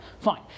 Fine